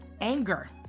anger